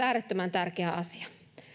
äärettömän tärkeä asia